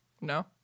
No